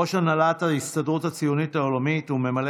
ראש הנהלת ההסתדרות הציונית העולמית וממלא